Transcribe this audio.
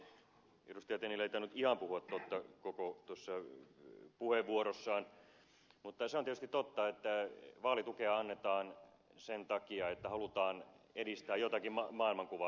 tennilä ei tainnut ihan puhua totta koko tuossa puheenvuorossaan mutta se on tietysti totta että vaalitukea annetaan sen takia että halutaan edistää jotakin maailmankuvaa